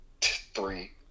three